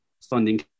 funding